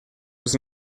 was